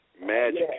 magic